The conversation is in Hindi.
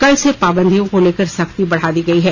कल से पाबंदियों को लेकर सख्ती बढ़ा दी गयी है